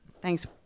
Thanks